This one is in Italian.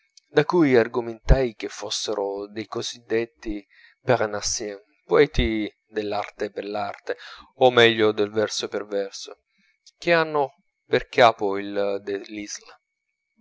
da cui argomentai che fossero dei così detti parnassiens poeti dell'arte per l'arte o meglio del verso pel verso che hanno per capo il